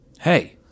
Hey